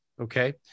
Okay